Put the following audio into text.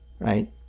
Right